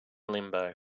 limbo